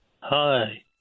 Hi